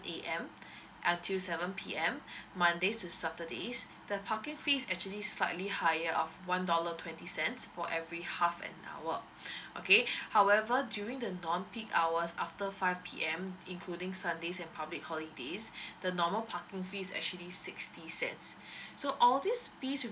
A_M until seven P_M mondays to saturdays the parking fees actually slightly higher of one dollar twenty cents for every half an hour okay however during the non peak hours after five P_M including sundays and public holidays the normal parking fees actually sixty cents so all this fees